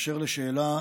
אשר לשאלה מס'